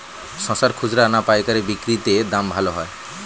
শশার খুচরা না পায়কারী বিক্রি তে দাম ভালো হয়?